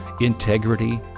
integrity